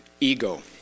ego